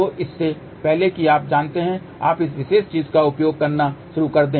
तो इससे पहले कि आप जानते हैं आप इस विशेष चीज़ का उपयोग करना शुरू कर दें